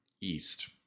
East